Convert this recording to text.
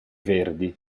verdi